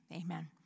amen